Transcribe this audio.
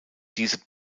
diese